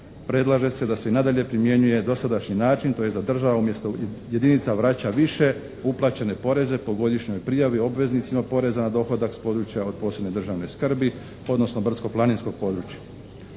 predlaže se da se i nadalje primjenjuje dosadašnji način tj. da država umjesto jedinica vraća više uplaćene poreze po godišnjoj prijavi obveznicima poreza na dohodak s područja od posebne državne skrbi odnosno brdsko-planinskog područja.